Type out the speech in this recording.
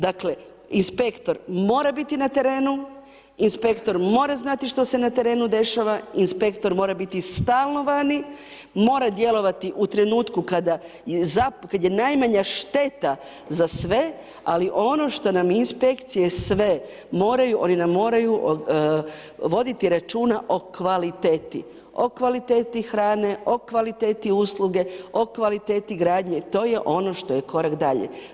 Dakle, inspektor mora biti na terenu, inspektor mora znati što se na terenu dešava, inspektor mora biti stalno vani, mora djelovati u trenutku kada je najmanja šteta za sve ali ono što nam inspekcije sve moraju, oni nam moraju voditi računa o kvaliteti, o kvaliteti hrane, o kvaliteti usluge, o kvaliteti gradnje, to je ono što je korak dalje.